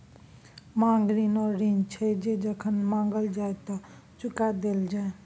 मांग ऋण ओ ऋण छै जे जखन माँगल जाइ तए चुका देल जाय